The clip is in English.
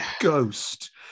ghost